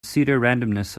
pseudorandomness